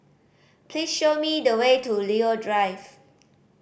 please show me the way to Leo Drive